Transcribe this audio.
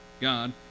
God